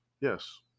Yes